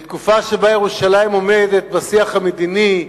בתקופה שבה ירושלים עומדת בשיח המדיני,